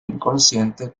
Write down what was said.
inconsciente